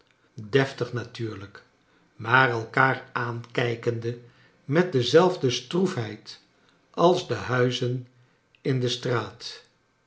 deftig natuurlijk maar elkaar aankijkende met dezelfde stroefheid als de huizen in de straat